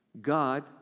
God